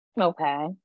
Okay